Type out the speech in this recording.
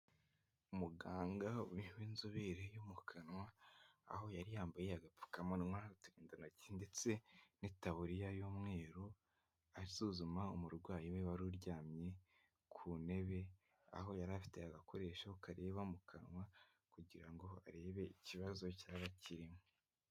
Umuganga w'inzobere yo mu kanwa aho yari yambaye agapfukamunwa, uturindantoki ndetse n'itaburiya y'umweru asuzuma umurwayi we wari uryamye ku ntebe, aho yari afite agakoresho kareba mu kanwa kugira ngo arebe ikibazo cyaba kirimo.